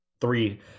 three